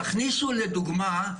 תכניסו, לדוגמה,